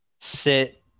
sit